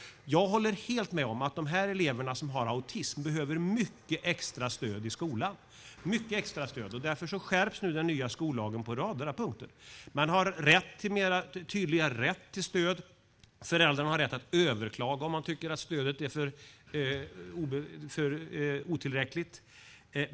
Jag håller helt med om att de elever som har autism behöver mycket extra stöd i skolan. Därför skärps nu den nya skollagen på rader av punkter. Man har tydligare rätt till stöd. Föräldrarna har rätt att överklaga om de tycker att stödet är otillräckligt.